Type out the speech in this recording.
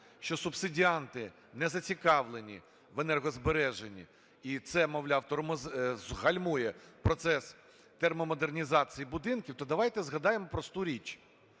що субсидіанти не зацікавлені в енергозбереженні, і це, мовляв, гальмує процес термомодернізації будинків, то давайте згадаємо просту річ.